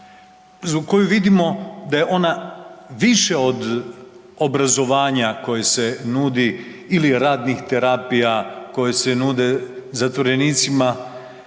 koju vidimo da je ona više od obrazovanja koje se nudi ili radnih terapija koje se nude zatvorenicima,